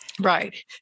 Right